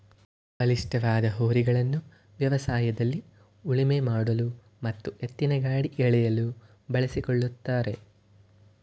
ಬಲಿಷ್ಠವಾದ ಹೋರಿಗಳನ್ನು ವ್ಯವಸಾಯದಲ್ಲಿ ಉಳುಮೆ ಮಾಡಲು ಮತ್ತು ಎತ್ತಿನಗಾಡಿ ಎಳೆಯಲು ಬಳಸಿಕೊಳ್ಳುತ್ತಾರೆ